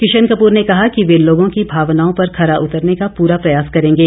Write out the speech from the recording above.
किशन कपूर ने कहा कि वे लोगों की भावनाओं पर खरा उतरने का पूरा प्रयास करेंगे